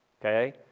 okay